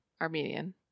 Armenian